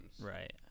Right